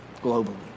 globally